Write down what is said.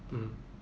mm